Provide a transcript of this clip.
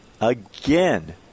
again